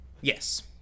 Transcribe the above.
Yes